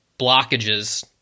blockages